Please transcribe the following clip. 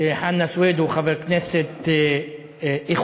שחנא סוייד הוא חבר כנסת איכותי,